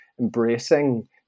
embracing